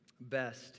best